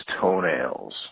toenails